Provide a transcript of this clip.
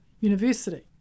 university